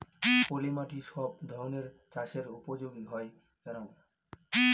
পলিমাটি সব ধরনের চাষের উপযোগী হয় কেন?